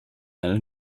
and